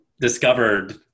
discovered